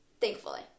Thankfully